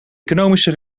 economische